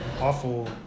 awful